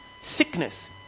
Sickness